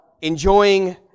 enjoying